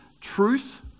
truth